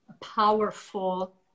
powerful